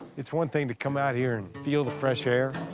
it's one thing to come out here and feel the fresh air,